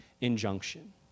injunction